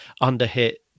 under-hit